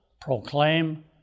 proclaim